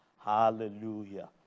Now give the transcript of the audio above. Hallelujah